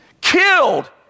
killed